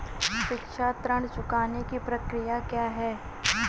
शिक्षा ऋण चुकाने की प्रक्रिया क्या है?